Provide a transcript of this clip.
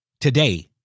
today